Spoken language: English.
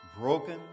broken